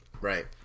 Right